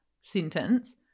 sentence